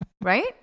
right